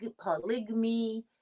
polygamy